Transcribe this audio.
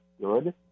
good